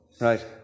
Right